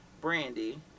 brandy